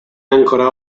ancora